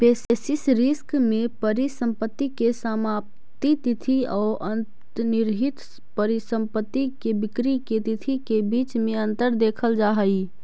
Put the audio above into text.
basis risk में परिसंपत्ति के समाप्ति तिथि औ अंतर्निहित परिसंपत्ति के बिक्री के तिथि के बीच में अंतर देखल जा हई